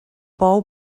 bou